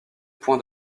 point